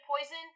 poison